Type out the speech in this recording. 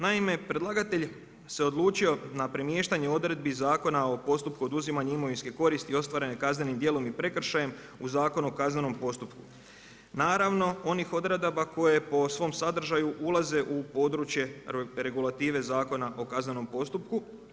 Naime, predlagatelj se odlučio na premještanje odredbi Zakona o postupku oduzimanja imovinske koristi ostvarene kaznenim djelom i prekršajem u Zakonu o kaznenom postupku, naravno onih odredaba koje po svom sadržaju ulaze u područje regulative Zakona o kaznenom postupku.